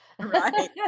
Right